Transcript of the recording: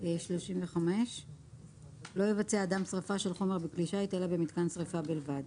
לא יבצע אדם שריפה של חומר בכלי שיט אלא במיתקן שריפה בלבד".